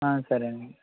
సరేనండి